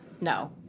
no